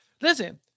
Listen